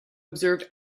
observe